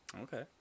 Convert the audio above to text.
Okay